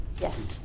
Yes